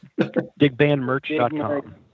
digbandmerch.com